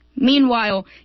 Meanwhile